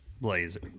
blazer